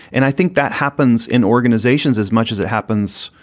and i think that happens in organizations as much as it happens,